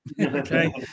Okay